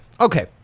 Okay